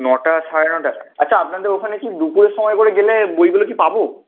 নটা সাড়ে নটা আচ্ছা আপনাদের ওখানে কি দুপুরের সময় করে গেলে বইগুলো কি পাব